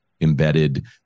embedded